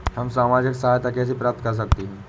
हम सामाजिक सहायता कैसे प्राप्त कर सकते हैं?